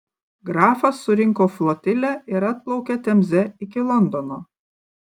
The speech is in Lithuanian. grafas surinko flotilę ir atplaukė temze iki londono